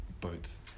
boats